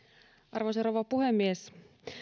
arvoisa rouva puhemies